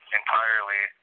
entirely